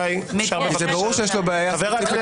אתה צריך להתבייש, כי ככה